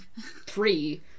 three